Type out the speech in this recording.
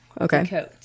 okay